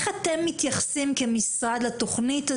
אז אני באמת רוצה להבין איך אתם כמשרד מתייחסים לתוכנית הזו,